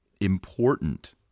important